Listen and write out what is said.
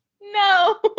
No